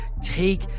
Take